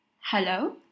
Hello